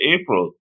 April